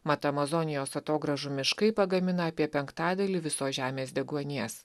mat amazonijos atogrąžų miškai pagamina apie penktadalį visos žemės deguonies